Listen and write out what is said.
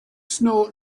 snow